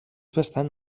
bastant